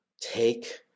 take